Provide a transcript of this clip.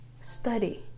study